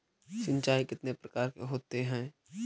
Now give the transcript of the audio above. सिंचाई कितने प्रकार के होते हैं?